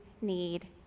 need